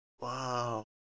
Wow